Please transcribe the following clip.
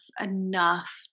enough